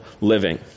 living